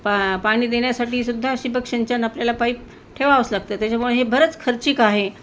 पा पाणी देण्यासाठी सुुद्धा ठिबक सिंचन आपल्याला पाईप ठेवावंच लागतं त्याच्यामुळे हे बरंच खर्चिक आहे